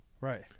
Right